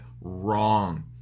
wrong